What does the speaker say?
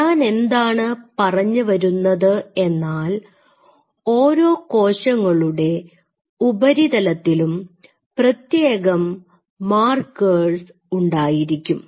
ഞാനെന്താണ് പറഞ്ഞുവരുന്നത് എന്നാൽ ഓരോ കോശങ്ങളുടെ ഉപരിതലത്തിലും പ്രത്യേകം മാർക്കേഴ്സ് ഉണ്ടായിരിക്കും